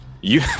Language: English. You-